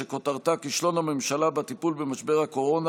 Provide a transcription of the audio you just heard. שכותרתה: כישלון הממשלה בטיפול במשבר הקורונה,